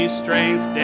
strength